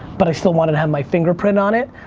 but i still wanted to have my fingerprint on it.